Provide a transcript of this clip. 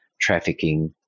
trafficking